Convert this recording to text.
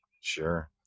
Sure